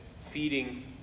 feeding